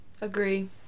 Agree